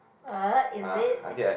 uh is it